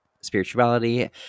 spirituality